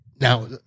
now